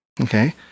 Okay